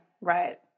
right